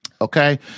Okay